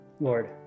Lord